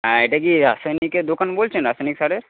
হ্যাঁ এটা কি রাসায়নিকের দোকান বলছেন রাসায়নিক সারের